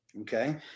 Okay